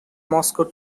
moscow